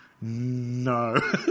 no